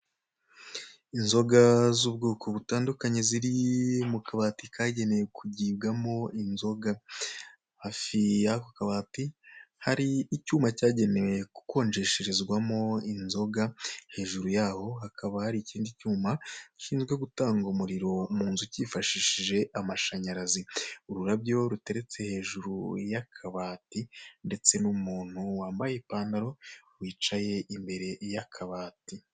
Inzoga z'ubwoko butandukanye ziri mu kabati kagenewe kugibwamo inzoga, hafi y'ako kabati hari icyuma cyagenewe gukonjesherezwamo inzoga, hejuru yaho hakaba hari icyindi cyuma gishinzwe gutanga umuriro mu nzu cyifashishije amashanyarazi, ururabyo ruteretse hejuru y'akabati ndetse n'umuntu wambaye ipantaro wicaye imbere y'akabati.